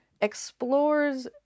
explores